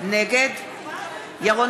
נגד ירון